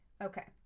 Okay